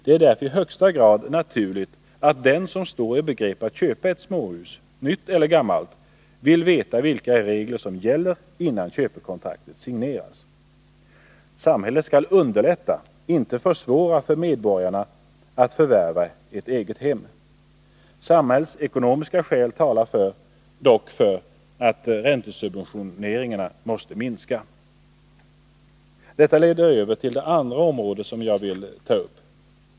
Det är därför i högsta grad naturligt ett den som står i begrepp att köpa ett småhus — nytt eller gammalt — vill veta vilka regler som gäller, innan köpekontraktet signeras. Samhället skall underlätta — inte försvåra — för medborgarna att förvärva ett eget hem. Samhällsekonomiska skäl talar dock för att räntesubventionerna måste minskas. Detta leder över till det andra område som jag i dag vill ta upp.